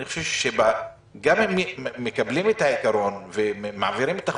אני חושב שגם אם מקבלים את העיקרון ומעבירים את החוק,